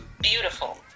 beautiful